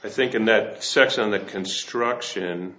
i think in that section the construction